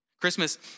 Christmas